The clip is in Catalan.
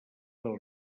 del